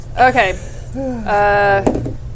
Okay